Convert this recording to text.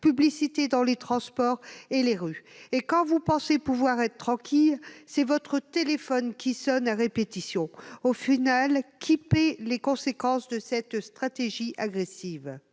publicité dans les transports et dans les rues ! Et quand vous pensez pouvoir être enfin tranquille, c'est votre téléphone qui sonne à répétition. En définitive, qui paie les conséquences de cette stratégie agressive ?